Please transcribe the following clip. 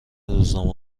روزنامه